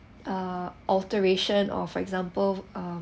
uh alteration or for example um